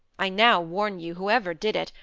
i now warn you, whoever did it,